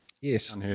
Yes